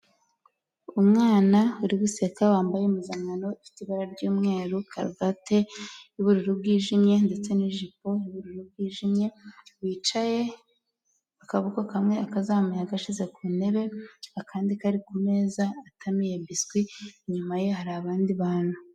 Umwana uri guseka wambaye impupankano ifite ibara ry'umweru, karuvati y'ubururu bwijimye ndetse ni'ijipo yijimye, wicaye akaboko kamwe akazamuye agashyize ku ntebe, akandi kari ku meza, atamiye biswi, inyuma ye hari abandi bantu.